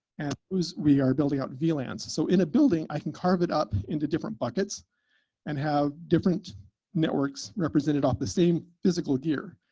and we are building out vlans. so in a building, i can carve it up into different buckets and have different networks represented off the same physical gear.